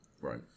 right